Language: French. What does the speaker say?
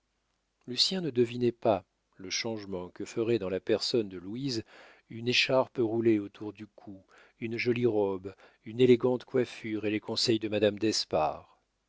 juger lucien ne devinait pas le changement que feraient dans la personne de louise une écharpe roulée autour du cou une jolie robe une élégante coiffure et les conseils de madame d'espard